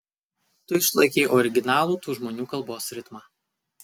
tu išlaikei originalų tų žmonių kalbos ritmą